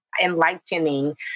enlightening